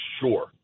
sure